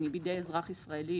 היא בידי אזרח ישראלי,